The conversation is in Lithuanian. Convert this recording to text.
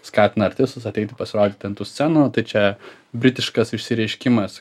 skatina artistus ateiti pasirodyti ant tų scenų tai čia britiškas išsireiškimas